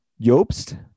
Jobst